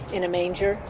in a manger.